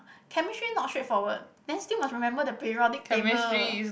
chemistry not straightforward then still must remember the periodic table